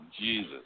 Jesus